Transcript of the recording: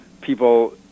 people